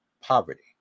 poverty